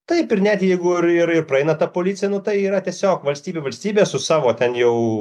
taip ir net jeigu ir ir praeina ta policija nu tai yra tiesiog valstybė valstybėje su savo ten jau